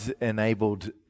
enabled